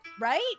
right